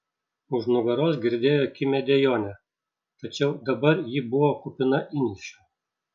už nugaros girdėjo kimią dejonę tačiau dabar ji buvo kupina įniršio